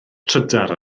trydar